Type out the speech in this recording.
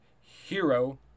hero